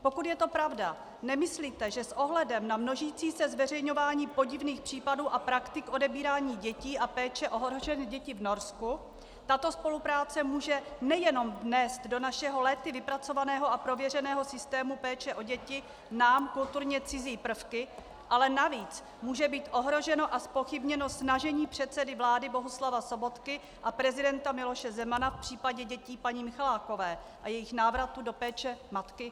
Pokud je to pravda, nemyslíte, že s ohledem na množící se zveřejňování podivných případů a praktik odebírání dětí a péče o ohrožené děti v Norsku tato spolupráce může nejenom vnést do našeho léty vypracovaného a prověřeného systému péče o děti nám kulturně cizí prvky, ale navíc může být ohroženo a zpochybněno snažení předsedy vlády Bohuslava Sobotky a prezidenta Miloše Zemana v případě dětí paní Michalákové a jejich návratu do péče matky?